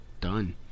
done